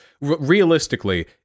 Realistically